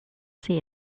see